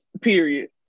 Period